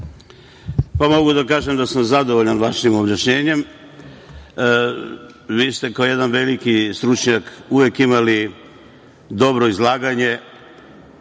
Mogu da kažem da sam zadovoljan vašim objašnjenjem. Vi ste kao jedan veliki stručnjak uvek imali dobro izlaganje